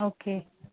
okay